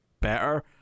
better